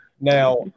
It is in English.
Now